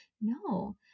No